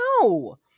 No